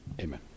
Amen